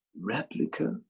Replica